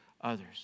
others